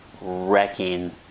wrecking